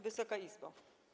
Wysoka Izbo!